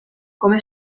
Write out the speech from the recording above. come